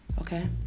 okay